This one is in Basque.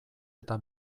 eta